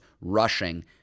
rushing